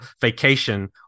Vacation